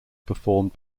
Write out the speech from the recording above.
performed